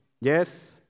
Yes